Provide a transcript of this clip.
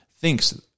thinks